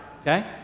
okay